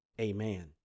Amen